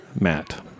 Matt